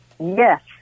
Yes